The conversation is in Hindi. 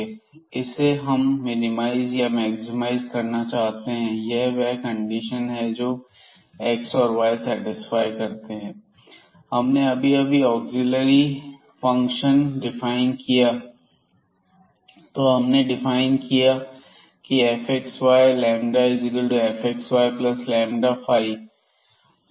इसे हम मिनिमाइज या मैक्सिमा इज करना चाहते हैं और यह वह कंडीशन है जो एक्स और वाई सेटिस्फाई करते हैं हमने अभी अभी ऑग्ज़ीलियरी फंक्शन डिफाइन किया है तो हमने डिफाइन किया है Fxyλfxyλϕxy